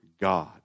God